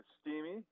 steamy